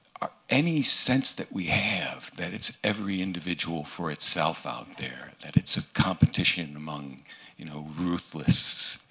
ah any sense that we have that it's every individual for itself out there, that it's a competition among you know ruthless